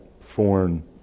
foreign